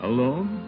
Alone